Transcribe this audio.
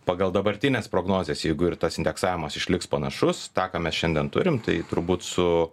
pagal dabartines prognozes jeigu ir tas indeksavimas išliks panašus tą ką mes šiandien turim tai turbūt su